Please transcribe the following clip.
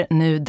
nu